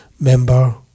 member